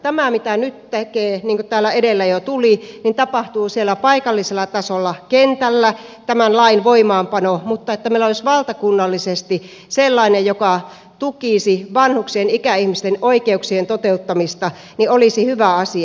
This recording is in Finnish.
tämä mitä tämän lain voimaanpano nyt tekee niin kuin täällä edellä jo tuli tapahtuu siellä paikallisella tasolla kentällä mutta se että meillä olisi valtakunnallisesti sellainen joka tukisi vanhuksien ikäihmisten oikeuksien toteuttamista olisi hyvä asia